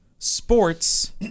Sports